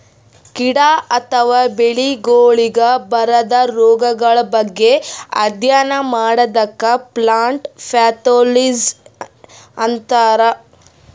ಗಿಡ ಅಥವಾ ಬೆಳಿಗೊಳಿಗ್ ಬರದ್ ರೊಗಗಳ್ ಬಗ್ಗೆ ಅಧ್ಯಯನ್ ಮಾಡದಕ್ಕ್ ಪ್ಲಾಂಟ್ ಪ್ಯಾಥೊಲಜಿ ಅಂತರ್